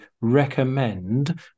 recommend